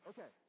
Okay